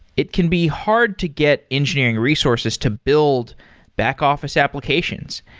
it can be hard to get engineering resources to build back-offi ce applications,